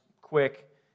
quick